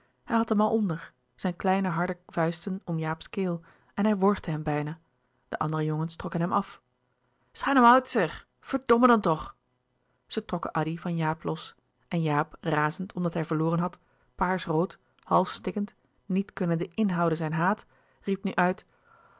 hij had hem al onder zijn kleine harde vuisten om jaaps keel en hij worgde hem bijna de andere jongens trokken hem af schei nou uit zeg verdomme dan toch zij trokken addy van jaap los en jaap louis couperus de boeken der kleine zielen razend omdat hij verloren had paarsch rood half stikkend niet kunnende inhouden zijn haat riep nu uit